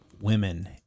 women